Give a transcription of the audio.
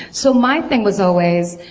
so my thing was always.